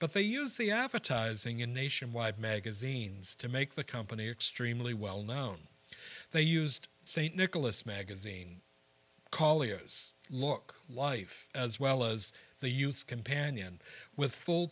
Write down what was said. but they use the advertising in nationwide magazines to make the company extremely well known they used st nicholas magazine callie is look life as well as the youth's companion with full